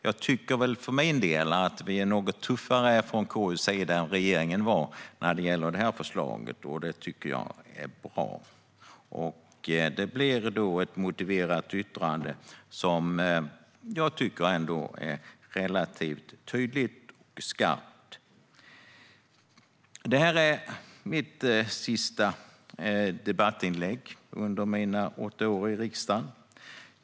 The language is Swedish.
Jag tycker för min del att vi är något tuffare från KU:s sida än vad regeringen var när det gäller det här förslaget, och det tycker jag är bra. Det blir ett motiverat yttrande som jag tycker är relativt tydligt och skarpt. Det här är mitt sista debattinlägg under mina åtta år i riksdagen.